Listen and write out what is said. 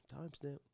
Timestamp